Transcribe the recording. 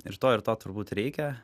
ir to ir to turbūt reikia